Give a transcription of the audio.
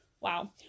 wow